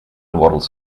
waddles